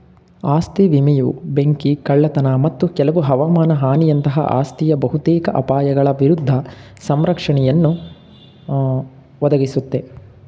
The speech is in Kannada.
ಆಸ್ತಿ ವಿಮೆಯು ಬೆಂಕಿ ಕಳ್ಳತನ ಮತ್ತು ಕೆಲವು ಹವಮಾನ ಹಾನಿಯಂತಹ ಆಸ್ತಿಯ ಬಹುತೇಕ ಅಪಾಯಗಳ ವಿರುದ್ಧ ಸಂರಕ್ಷಣೆಯನ್ನುಯ ಒದಗಿಸುತ್ತೆ